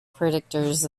predictors